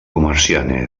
comerciant